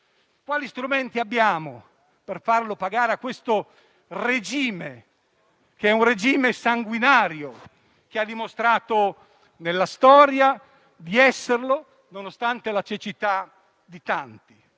Quali strumenti abbiamo per farlo pagare a questo regime sanguinario, che ha dimostrato nella storia di essere tale, nonostante la cecità di tanti?